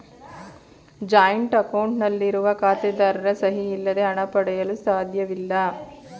joint account ನಲ್ಲಿರುವ ಖಾತೆದಾರರ ಸಹಿ ಇಲ್ಲದೆ ಹಣ ಪಡೆಯಲು ಸಾಧ್ಯವಿಲ್ಲ